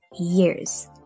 years